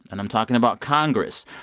and i'm talking about congress.